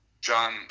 John